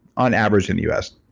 on average in the us.